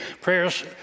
prayers